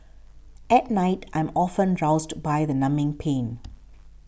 at night I'm often roused by the numbing pain